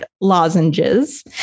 lozenges